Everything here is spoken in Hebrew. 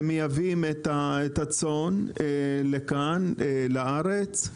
ומייבאים את הצאן לכאן לארץ,